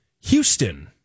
Houston